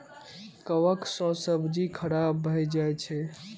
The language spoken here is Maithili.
कवक सं सब्जी खराब भए जाइ छै